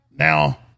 Now